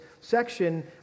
section